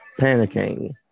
panicking